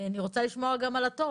אני רוצה לשמוע גם על הטוב.